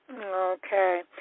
Okay